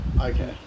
Okay